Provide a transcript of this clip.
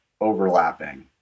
overlapping